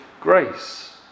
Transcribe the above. grace